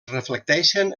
reflecteixen